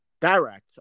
direct